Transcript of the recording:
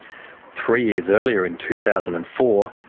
three years earlier, in two thousand and four,